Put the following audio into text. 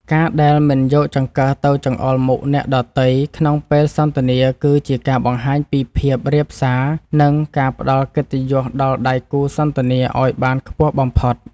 ការដែលមិនយកចង្កឹះទៅចង្អុលមុខអ្នកដទៃក្នុងពេលសន្ទនាគឺជាការបង្ហាញពីភាពរាបសារនិងការផ្តល់កិត្តិយសដល់ដៃគូសន្ទនាឱ្យបានខ្ពស់បំផុត។